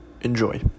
Enjoy